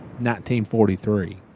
1943